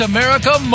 America